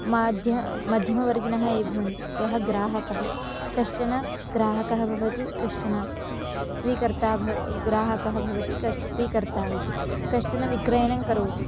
माध्य मध्यमवर्गिनः ये भवन्ति यः ग्राहकः कश्चनः ग्राहकः भवति कश्चन स्वीकर्ता भ् ग्राहकः भवति कश्च् स्वीकर्ता इति कश्चनं विक्रयणं करोति